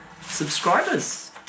subscribers